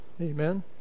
Amen